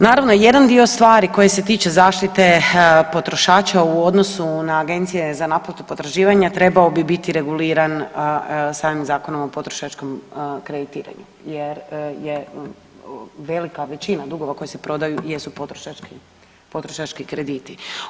Naravno, jedan dio stvari koji se tiče zaštite potrošača u odnosu na agencije za naplatu potraživanja trebao bi biti reguliran samim Zakonom o potrošačkom kreditiranju jer, jer velika većina dugova koji se prodaju jesu potrošački, potrošački krediti.